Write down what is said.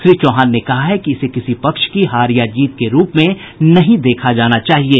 श्री चौहान ने कहा है कि इसे किसी पक्ष की हार या जीत के रूप में नहीं देखा जाना चाहिये